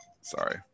sorry